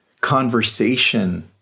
conversation